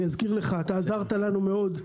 אני אזכיר לך: אתה עזרת לנו מאוד.